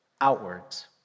outwards